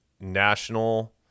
national